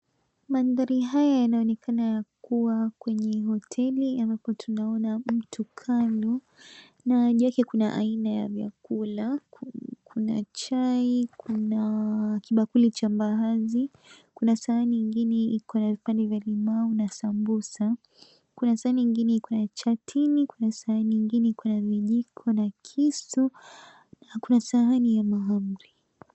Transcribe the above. Mandhari haya yanaonekana ya kuwa kwenye hoteli ambapo tunaona mtu kando, na juu yake kuna aina ya vyakula. Kuna chai, kuna kibakuli cha mbaazi, kuna sahani ingine iko na vipande vya limau na sambusa, kuna sahani ingine iko na chatini, kuna sahani nyingine iko na vijiko na kisu na kuna sahani ya mahamri.